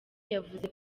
yavuze